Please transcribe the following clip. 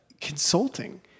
consulting